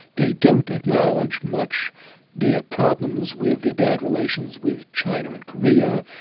they don't acknowledge much their problems with their bad relations with china and korea.